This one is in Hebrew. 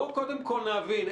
בואו קודם כול נבין.